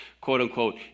quote-unquote